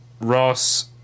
Ross